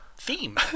...theme